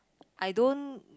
I don't